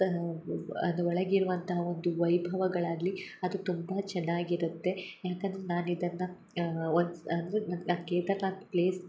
ಅದು ಒಳಗಿರುವಂಥ ಒಂದು ವೈಭವಗಳಾಗಲಿ ಅದು ತುಂಬಾ ಚೆನ್ನಾಗಿರುತ್ತೆ ಯಾಕಂದ್ರೆ ನಾನು ಇದನ್ನು ಒಂದ್ಸ್ ಅಂದರೆ ಆ ಕೇದರ್ನಾಥ್ ಪ್ಲೇಸ್